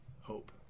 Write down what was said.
hope